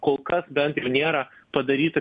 kol kas bent jau nėra padaryta